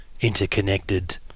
interconnected